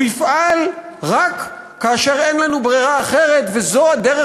הוא יפעל רק כאשר אין לנו ברירה אחרת וזו הדרך